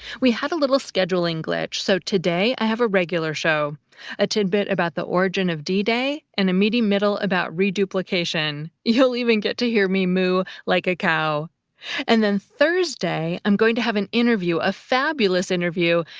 we had a little scheduling glitch, so today, i have a regular show a tidbit about the origin of d-day, and a meaty middle about reduplication. you'll even get to hear me moo like a cow and then thursday, i'm going to have an interview, a fabulous interview,